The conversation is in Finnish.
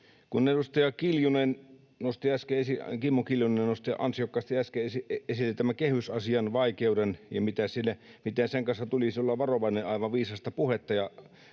Edustaja Kimmo Kiljunen nosti ansiokkaasti äsken esille tämän kehysasian vaikeuden ja sen, miten sen kanssa tulisi olla varovainen — aivan viisasta puhetta